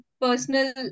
personal